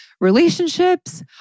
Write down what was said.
Relationships